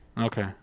Okay